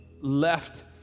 left